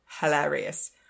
hilarious